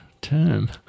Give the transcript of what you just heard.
term